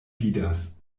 vidas